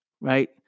right